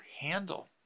handle